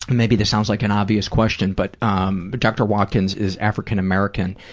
maybe this sounds like an obvious question, but um but dr. watkins is african-american.